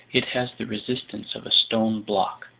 it has the resistance of a stone block,